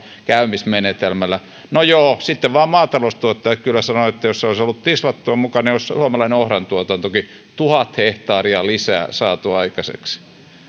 käymismenetelmällä no joo sitten vaan maataloustuottajat kyllä sanoivat että jos olisi ollut tislattu mukana olisi suomalaista ohrantuotantoakin tuhat hehtaaria lisää saatu aikaiseksi